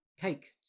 cake